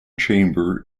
chamber